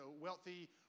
wealthy